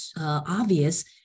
obvious